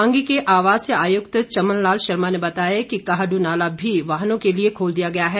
पांगी के आवासीय आयुक्त चमन लाल शर्मा ने बताया कि काहडूनाला भी वाहनों के लिए खोल दिया गया है